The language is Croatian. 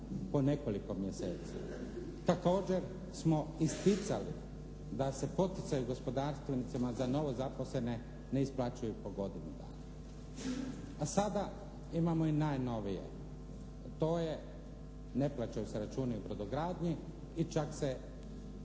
po nekoliko mjeseci. Također smo isticali da se poticaji gospodarstvenicima za novozaposlene ne isplaćuju po godinu dana. A sada imamo i najnovije. To je ne plaćaju se računi u brodogradnji i čak se